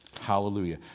Hallelujah